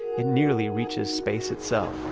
it nearly reaches space its self